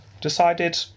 decided